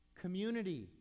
Community